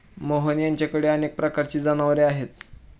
मोहन यांच्याकडे अनेक प्रकारची जनावरे आहेत